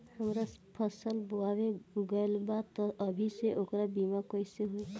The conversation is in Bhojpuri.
हमार फसल बोवा गएल बा तब अभी से ओकर बीमा कइसे होई?